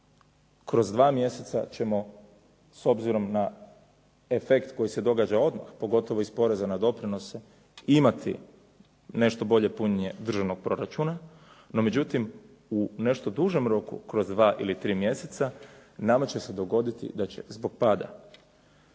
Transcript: kroz 2 mjeseca ćemo s obzirom na efekt koji se događa odmah, pogotovo iz poreza na doprinos imati nešto bolje punjenje državnog proračuna, no međutim u nešto dužem roku kroz 2 ili 3 mjeseca nama će se dogoditi da će zbog pada